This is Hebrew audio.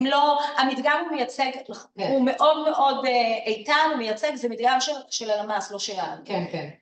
לא, ‫המדגם הוא מייצג, ‫הוא מאוד מאוד איתן ומייצג, ‫זה מדגם של הלמ״ס, לא שלנו. ‫- כן, כן.